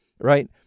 Right